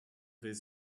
his